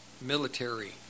military